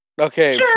Okay